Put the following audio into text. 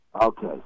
Okay